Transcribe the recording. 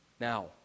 Now